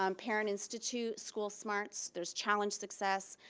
um parent institute, school smarts. there's challenge success.